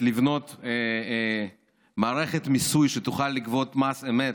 לבנות מערכת מיסוי שתוכל לגבות מס אמת,